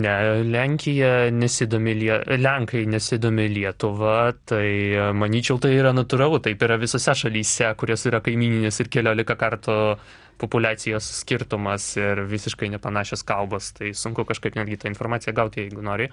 ne lenkija nesidomi lie lenkai nesidomi lietuva tai manyčiau tai yra natūralu taip yra visose šalyse kurios yra kaimyninės ir keliolika kartų populiacijos skirtumas ir visiškai nepanašios kalbos tai sunku kažkaip netgi tą informaciją gauti jeigu nori